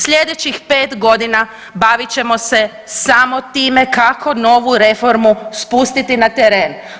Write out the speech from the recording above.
Slijedećih 5 godina bavit ćemo se samo time kako novu reformu spustiti na teren.